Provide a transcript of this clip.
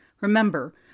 Remember